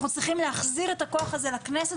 אנחנו צריכים להחזיר את הכוח הזה לכנסת.